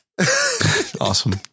awesome